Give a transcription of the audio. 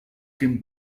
cream